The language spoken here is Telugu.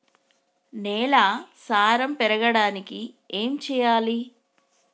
నేల సారం పెరగడానికి ఏం చేయాలి?